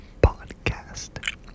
podcast